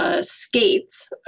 Skates